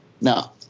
Now